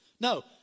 No